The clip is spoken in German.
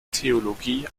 theologie